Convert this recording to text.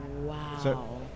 Wow